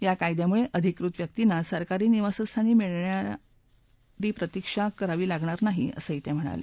या कायद्यामुळे अधिकृत व्यक्तींना सरकारी निवासस्थानी मिळण्यास प्रतिक्षा करावी लागणार नाही असंही ते म्हणाले